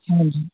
ਹਾਂਜੀ